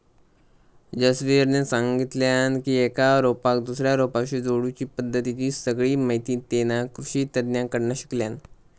जसवीरने सांगितल्यान की एका रोपाक दुसऱ्या रोपाशी जोडुची पद्धतीची सगळी माहिती तेना कृषि तज्ञांकडना शिकल्यान